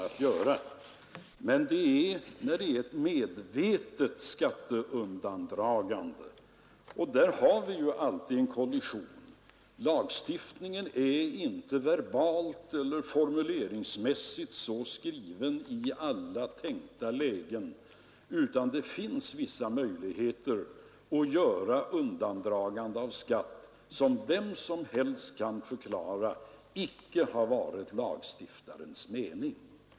Vad som avses är ett medvetet skatteundandragande, och där har vi alltid en kollision. Lagstiftningen är inte verbalt eller formuleringsmässigt så uttryckt i alla tänkta lägen att det inte finns vissa möjligheter till undandragande av skatt, som vem som helst kan förklara icke har varit lagstiftarnas mening.